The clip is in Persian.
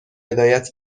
هدایت